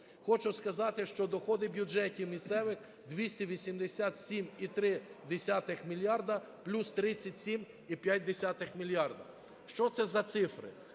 Хочу сказати, що доходи бюджетів місцевих – 287,3 мільярда плюс 37,5 мільярда. Що це за цифри?